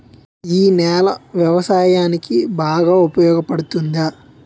ఈ నేల వ్యవసాయానికి బాగా ఉపయోగపడుతుందా?